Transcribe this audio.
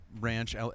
Ranch